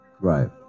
Right